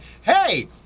Hey